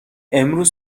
امروز